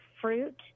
fruit